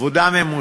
לאחר עבודה ממושכת,